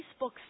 Facebook